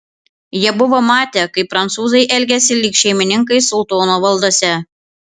jie buvo matę kaip prancūzai elgiasi lyg šeimininkai sultono valdose